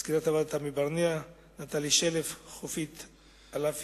למזכירות הוועדה תמי ברנע, נטלי שלף, חופית עלפי.